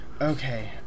Okay